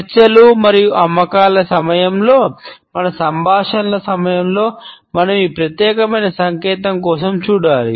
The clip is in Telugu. చర్చలు మరియు అమ్మకాల సమయంలో మన సంభాషణల సమయంలో మనం ఈ ప్రత్యేకమైన సంకేతం కోసం చూడాలి